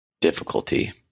difficulty